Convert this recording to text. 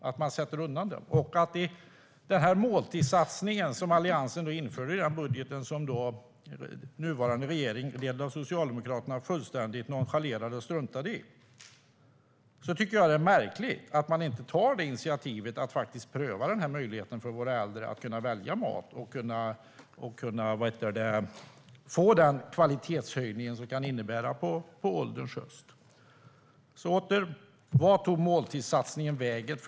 Alliansen införde i budgeten en måltidssatsning som den nuvarande regeringen ledd av Socialdemokraterna fullständigt nonchalerade och struntade i. Då tycker jag att det är märkligt att man inte tar det initiativet att faktiskt pröva den här möjligheten för våra äldre att välja mat och få den kvalitetshöjning som det innebär på ålderns höst. Återigen, vart tog måltidssatsningen vägen?